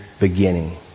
beginning